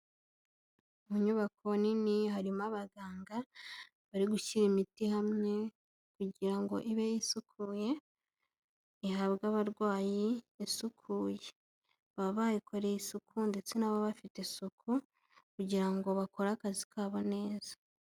Mu nyubako nini harimo abaganga bari gushyira imiti hamwe kugira ngo ibe isukuye ihabwe abarwayi isukuye, baba bayikoreye isuku ndetse n'abo bafite isuku kugira ngo bakore akazi kabo neza.